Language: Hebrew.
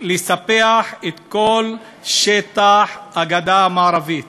לספח את כל שטח הגדה המערבית.